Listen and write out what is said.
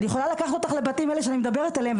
אני יכולה לקחת אותך לבתים שאני מדברת עליהם,